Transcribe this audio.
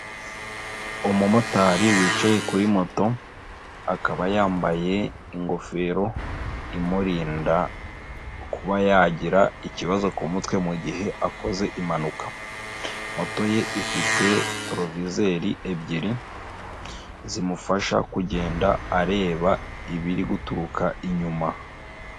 Umumotari wicaye kuri moto, akaba yambaye ingofero imurinda kuba yagira ikibazo ku mutwe mu gihe akoze impanuka. Moto ye ifite torovizeri ebyiri, zimufasha kugenda areba ibiri guturuka inyuma.